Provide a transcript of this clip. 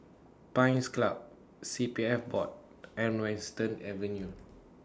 Pines Club C P F Board and Western Avenue